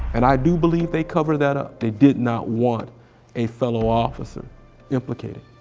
and i do believe they covered that up. they did not want a fellow officer implicated.